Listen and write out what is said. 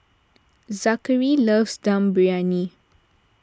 Zackary loves Dum Briyani